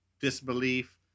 disbelief